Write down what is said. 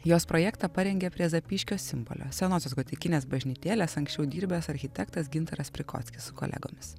jos projektą parengė prie zapyškio simbolio senosios gotikinės bažnytėlės anksčiau dirbęs architektas gintaras prikockis su kolegomis